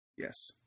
Yes